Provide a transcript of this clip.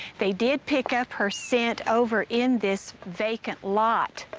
they did pick up her scent over in this vacant lot,